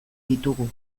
ditugu